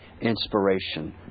inspiration